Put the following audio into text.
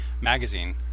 magazine